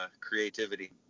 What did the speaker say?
creativity